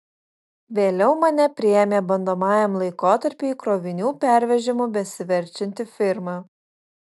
vėliau mane priėmė bandomajam laikotarpiui krovinių pervežimu besiverčianti firma